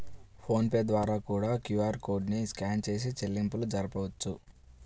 phone pay ద్వారా కూడా QR code ని స్కాన్ చేసి చెల్లింపులు జరపొచ్చు